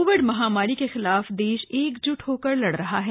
Covid महामारी के खिलाफ देश एकजुट होकर लड़ रहा है